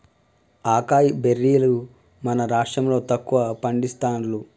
acai బెర్రీలు మన రాష్టం లో తక్కువ పండిస్తాండ్లు